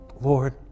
Lord